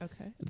Okay